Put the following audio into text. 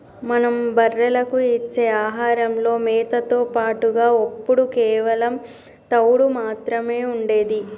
మనం బర్రెలకు ఇచ్చే ఆహారంలో మేతతో పాటుగా ఒప్పుడు కేవలం తవుడు మాత్రమే ఉండేది